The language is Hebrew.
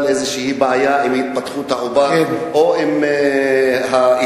איזושהי בעיה עם התפתחות העובר או עם האשה.